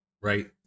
right